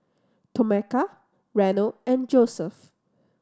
Tomeka Reno and Joeseph